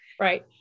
right